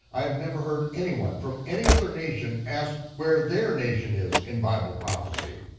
i've never heard anyone from any other nation ask where their nation is in bible prophecy.